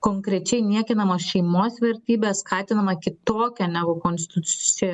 konkrečiai niekinamos šeimos vertybės skatinama kitokia negu konstitucijoje